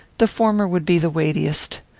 the former would be the weightiest.